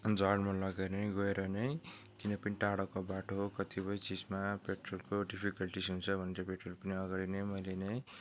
जारमा लगाएर नै गएर नै किनभने टाडोको बाटो हो कतिपय चिजमा पेट्रोलको डिफिकल्टिज हुन्छ भनेर पेट्रोल पनि अगाडि नै मैले नै